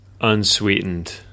unsweetened